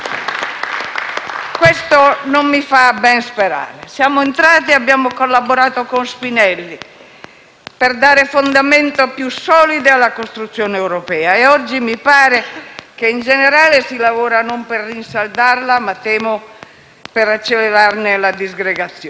Questo non mi fa ben sperare. Siamo entrati e abbiamo collaborato con Spinelli per dare fondamenta più solide alla costruzione europea e oggi mi pare che, in generale, si lavora non per rinsaldarla ma, temo, per accelerarne la disgregazione.